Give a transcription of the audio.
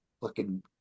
looking